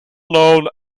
known